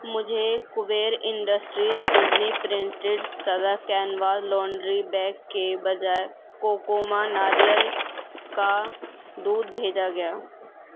مجھے Kabir industries Disney printed سگا canvas laundry bag کے بجائے کوکوما ناریل کا دودھ بھیجا گیا